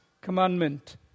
commandment